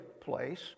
place